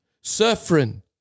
suffering